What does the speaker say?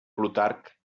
plutarc